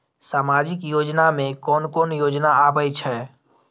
सामाजिक योजना में कोन कोन योजना आबै छै?